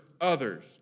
others